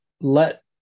let